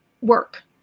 work